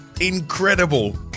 incredible